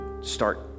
start